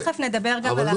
תיכף נדבר על זה.